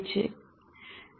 cell પર શું અસર થાય છે